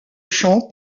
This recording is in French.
champ